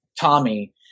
Tommy